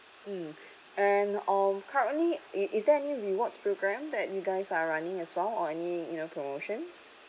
mm and um currently is is there any rewards programme that you guys are running as well or any you know promotions